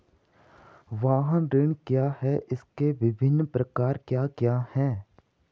वाहन ऋण क्या है इसके विभिन्न प्रकार क्या क्या हैं?